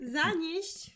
zanieść